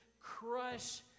Crush